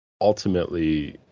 ultimately